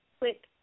quick